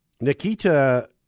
nikita